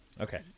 Okay